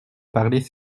parler